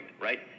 right